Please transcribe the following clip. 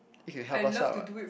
then can help us out [what]